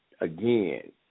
again